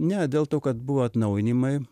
ne dėl to kad buvo atnaujinimai